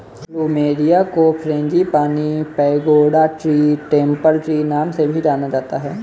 plumeria को frangipani, pagoda tree, temple tree नाम से भी जाना जाता है